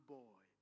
boy